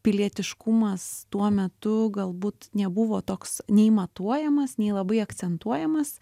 pilietiškumas tuo metu galbūt nebuvo toks nei matuojamas nei labai akcentuojamas